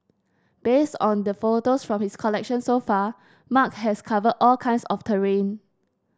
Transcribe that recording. based on the photos from his collection so far Mark has covered all kinds of terrain